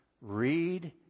Read